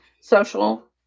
social